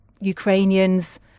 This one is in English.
Ukrainians